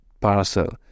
parcel